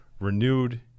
renewed